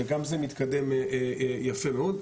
וגם זה מתקדם יפה מאוד.